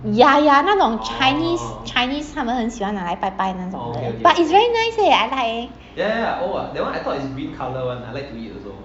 ya ya 那种 chinese chinese 他们很喜欢拿来拜拜那种的 but it's very nice eh I like eh